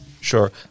sure